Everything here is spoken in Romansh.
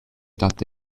dat